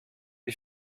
die